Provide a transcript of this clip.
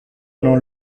non